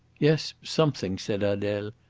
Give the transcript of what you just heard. yes, something, said adele.